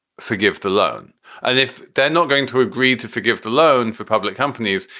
forgive the loan and if they're not going to agree to forgive the loan for public companies,